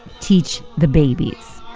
teach the babies